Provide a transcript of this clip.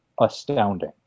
astounding